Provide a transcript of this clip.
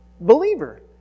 Believer